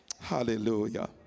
Hallelujah